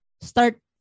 start